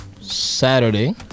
Saturday